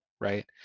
right